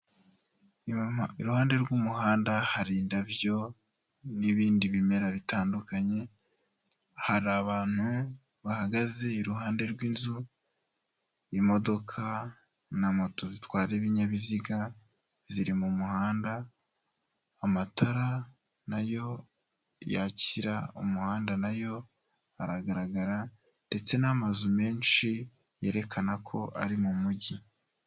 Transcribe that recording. Iruhande rw'umuhanda hari indabyo n'ibindi bimera bitandukanye, hari abantu bahagaze iruhande rw'inzu y'imodoka na moto zitwara ibinyabiziga ziri mu muhanda, amatara nayo yakira umuhanda nayo aragaragara ndetse n'amazu menshi yerekana ko ari mu mujyi.